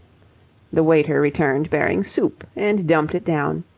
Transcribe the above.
the waiter returned bearing soup and dumped it down.